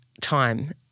time